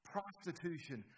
Prostitution